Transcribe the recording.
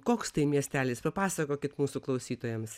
koks tai miestelis papasakokit mūsų klausytojams